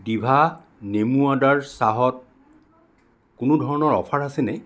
ডিভা নেমু আদাৰ চাহত কোনো ধৰণৰ অফাৰ আছেনে